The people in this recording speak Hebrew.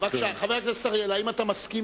חבר הכנסת אריאל, האם אתה מסכים